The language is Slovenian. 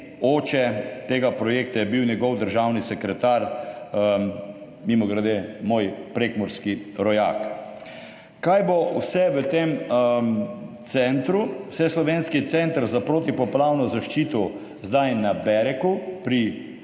oče tega projekta je bil njegov državni sekretar, mimogrede, moj prekmurski rojak. Kaj bo vse v tem centru? Vseslovenski center za protipoplavno zaščito, zdaj na Bereku pri